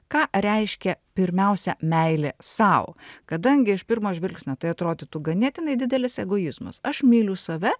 ką reiškia pirmiausia meilė sau kadangi iš pirmo žvilgsnio tai atrodytų ganėtinai didelis egoizmas aš myliu save